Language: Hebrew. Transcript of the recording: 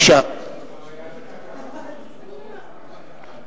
הממשלה לא מסכימה,